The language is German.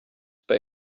bei